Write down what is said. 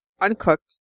uncooked